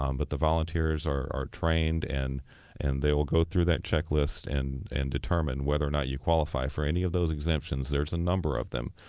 um but the volunteers are trained, and and they will go through that checklist and and determine determine whether or not you qualify for any of those exemptions. there's a number of them.